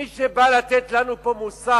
מי שבא לתת לנו פה מוסר